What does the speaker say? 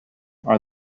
are